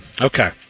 Okay